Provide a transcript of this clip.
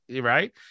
right